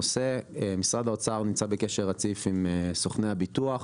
משרד האוצר נמצא בקשר רציף עם סוכני הביטוח.